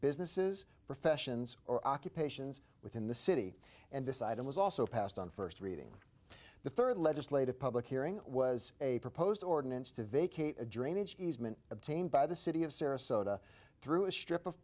businesses professions or occupations within the city and this item was also passed on first reading the third legislative public hearing was a proposed ordinance to vacate a drainage easement obtained by the city of sarasota through a strip of